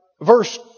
verse